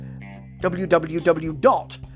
www.dot